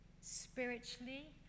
spiritually